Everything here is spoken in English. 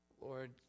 Lord